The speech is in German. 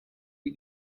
die